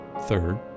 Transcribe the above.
Third